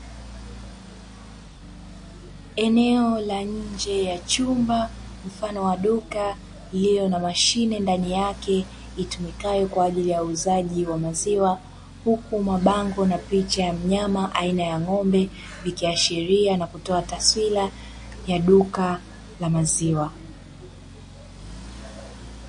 Eneo la nje ya chumba mfano wa duka lililo na mashine ndani yake itumikayo kwa ajili ya uuzaji wa maziwa, huku mabango na picha ya mnyama aina ya ng'ombe ikiashiria na kutoa taswira ya duka la maziwa.